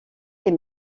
les